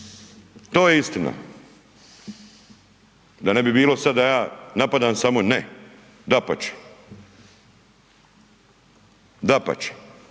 to je istina da ne bilo sada da ja napadam samo, ne dapače. Dapače,